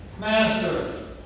Master